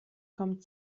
kommt